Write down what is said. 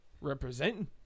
representing